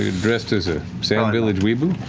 ah dressed as a sand village weeabo?